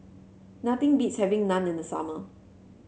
nothing beats having Naan in the summer